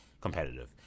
competitive